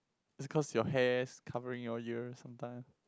because your hair's covering your ear sometime